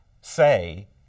say